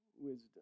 wisdom